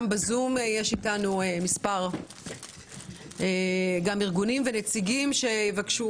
יש איתנו ב-זום מספר ארגונים ונציגים שיבקשו